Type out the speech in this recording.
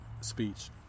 speech